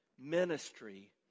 ministry